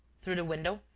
through the window,